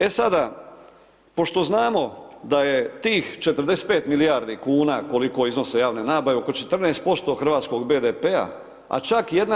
E sada, pošto znamo da je tih 45 milijardi kuna koliko iznose javne nabave oko 14% hrvatskog BDP-a a čak 1/